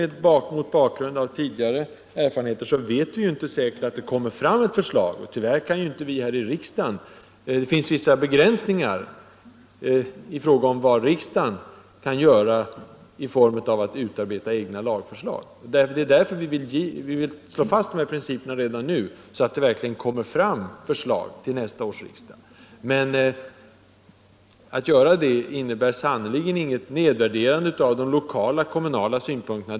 Mot bakgrund av tidigare erfarenheter vet vi att det annars inte är säkert att det kommer fram något förslag. Och tyvärr finns det ju vissa begränsningar i riksdagens möjligheter att utarbeta egna lagförslag. Det är därför som vi vill slå fast principerna redan nu, så att det verkligen kommer fram ett förslag till nästa års riksdag. Att göra det innebär sannerligen inget nedvärderande av de lokala, kommunala synpunkterna.